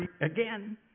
again